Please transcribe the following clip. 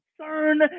Concern